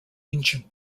ancient